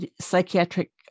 psychiatric